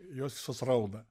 jos visos rauda